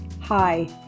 Hi